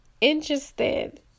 interested